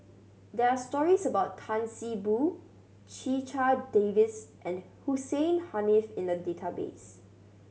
there are stories about Tan See Boo Checha Davies and Hussein Haniff in the database